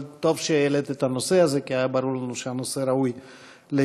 אבל טוב שהעלית את הנושא הזה כי היה ברור לנו שהנושא ראוי להתייחסות.